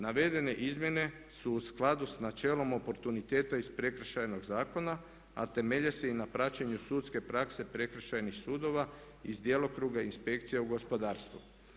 Navedene izmjene su u skladu sa načelom oportuniteta iz Prekršajnog zakona, a temelje se i na praćenju sudske prakse prekršajnih sudova iz djelokruga inspekcija u gospodarstvu.